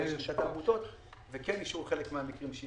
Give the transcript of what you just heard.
וכן אישרו חלק מהמקרים.